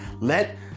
Let